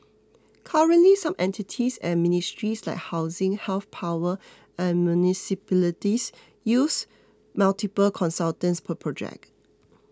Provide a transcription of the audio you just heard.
currently some entities and ministries like housing health power and municipalities use multiple consultants per project